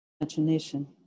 imagination